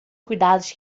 cuidados